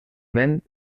vent